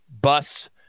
bus